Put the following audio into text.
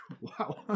Wow